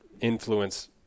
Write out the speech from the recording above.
influence